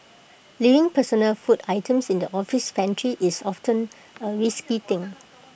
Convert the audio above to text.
leaving personal food items in the office pantry is often A risky thing